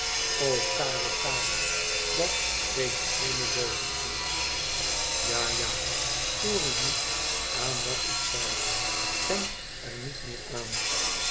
karel klarel dat weet de hemel boven ons ja ja stoor u niet aan wat ik zei denk er niet meer aan